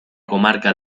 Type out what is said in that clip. comarca